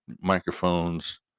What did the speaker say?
microphones